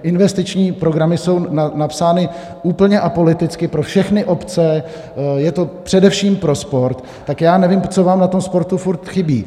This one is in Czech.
Investiční programy jsou napsány úplně apoliticky pro všechny obce, je to především pro sport, tak já nevím, co vám na tom sportu furt chybí.